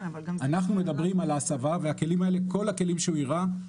אנחנו מדברים על הסבה וכל הכלים שהוא הראה,